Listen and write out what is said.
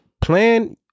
plan